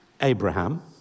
Abraham